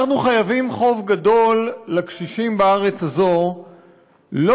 אנחנו חייבים חוב גדול לקשישים בארץ הזאת לא